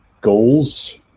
goals